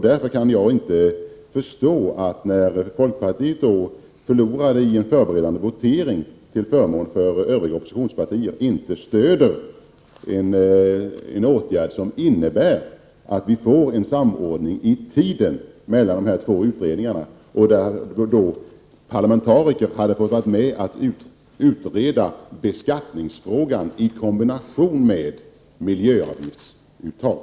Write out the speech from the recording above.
Därför kan jag inte förstå att folkpartiet, när man förlorade i en förberedande votering till förmån för övriga oppositionspartier, inte stödde en åtgärd som skulle innebära att vi fick en samordning i tiden mellan dessa två utredningar. Där skulle parlamentariker ha fått vara med och utreda beskattningsfrågan i kombination med miljöavgiftsuttag.